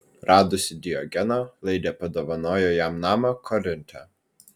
radusi diogeną laidė padovanojo jam namą korinte